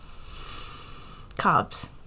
carbs